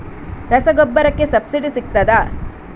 ರಸಗೊಬ್ಬರಕ್ಕೆ ಸಬ್ಸಿಡಿ ಸಿಗ್ತದಾ?